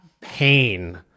pain